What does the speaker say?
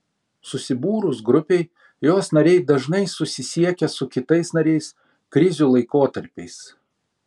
susibūrus grupei jos nariai dažnai susisiekia su kitais nariais krizių laikotarpiais